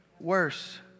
worse